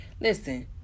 listen